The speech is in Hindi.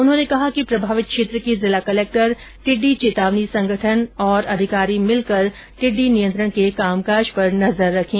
उन्होंने कहा कि प्रभावित क्षेत्र के जिला कलेक्टर टिड्डी चेतावनी संगठन और अधिकारी मिलकर टिड्डी नियंत्रण के कामकाज पर नजर रखे